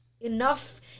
enough